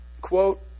quote